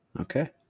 okay